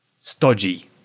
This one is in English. stodgy